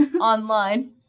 online